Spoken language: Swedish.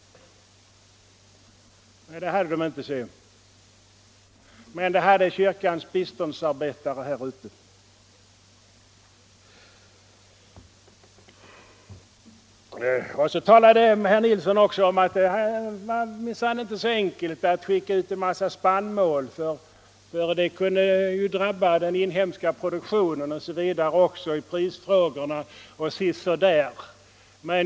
Nej, det hade de inte, men det hade kyrkans biståndsarbetare där ute. Herr Nilsson i Stockholm sade att det minsann inte var så enkelt att skicka ut en massa spannmål — det kunde drabba den inhemska produktionen, påverka priserna, osv.